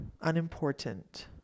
unimportant